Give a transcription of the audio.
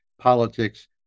politics